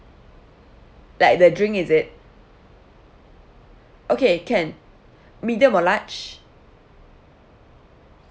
like the drink is it okay can medium or large